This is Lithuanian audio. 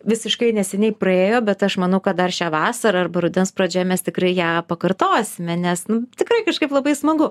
visiškai neseniai praėjo bet aš manau kad dar šią vasarą arba rudens pradžioje mes tikrai ją pakartosime nes nu tikrai kažkaip labai smagu